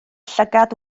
llygad